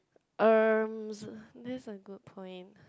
erm that's a good point